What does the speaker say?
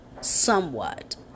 Somewhat